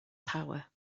power